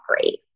great